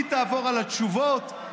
היא תעבור על התשובות,